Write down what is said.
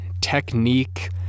technique